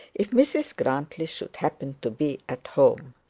if mrs grantly should happen to be at home.